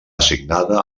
assignada